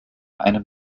einem